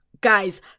guys